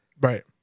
Right